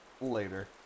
Later